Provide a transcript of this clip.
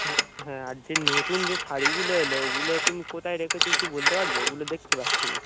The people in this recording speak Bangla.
হুম হ্যাঁ আর যে নতুন যে শাড়িগুলো এলো ওগুলো তুমি কোথায় রেখেছ একটু বলতে পারবে ওগুলো দেখতে পাচ্ছি না